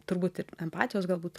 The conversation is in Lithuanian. turbūt ir empatijos galbūt